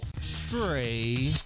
stray